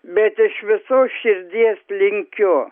bet iš visos širdies linkiu